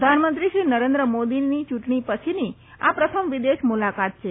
પ્રધાનમંત્રી શ્રી નરેન્દ્ર મોદીની ચુંટણી પછીની આ પ્રથમ વિદેશ મુલાકાત છે